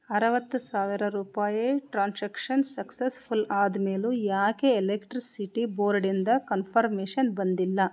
ಅರುವತ್ತು ಸಾವಿರ ರೂಪಾಯಿ ಟ್ರಾನ್ಸಕ್ಷನ್ ಸಕ್ಸಸ್ಫುಲ್ ಆದ ಮೇಲೂ ಯಾಕೆ ಎಲೆಕ್ಟ್ರಿಸಿಟಿ ಬೋರ್ಡಿಂದ ಕನ್ಫರ್ಮೇಷನ್ ಬಂದಿಲ್ಲ